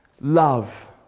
Love